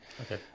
okay